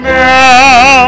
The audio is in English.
now